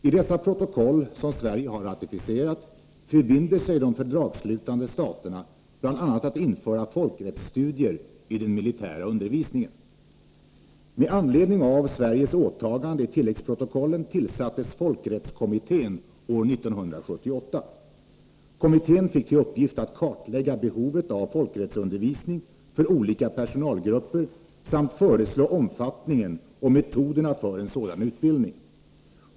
I dessa protokoll, som Sverige har ratificerat, förbinder sig de fördragsslutande staterna bl.a. att införa folkrättsstudier i den militära undervisningen. Med anledning av Sveriges åtaganden i tilläggsprotokollen tillsattes folkrättskommittén år 1978. Kommittén fick till uppgift att kartlägga behovet av folkrättsundervisning för olika personalgrupper samt föreslå omfattningen av och metoderna för en sådan utbildning.